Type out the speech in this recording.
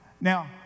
Now